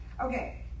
okay